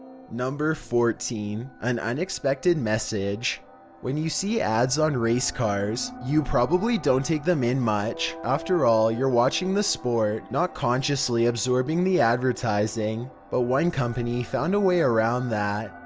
fourteen. an unexpected message when you see ads on race cars, you probably don't take them in much. after all, you're watching the sport, not consciously absorbing the advertising. but one company found a way around that.